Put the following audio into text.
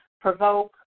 provoke